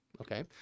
okay